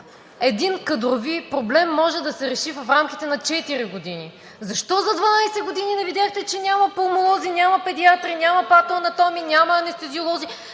Един кадрови проблем може да се реши в рамките на четири години. Защо за 12 години не видяхте, че няма пулмолози, няма педиатри, няма патоанатоми, няма анестезиолози?